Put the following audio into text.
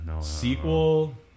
sequel